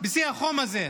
בשיא החום הזה.